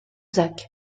zach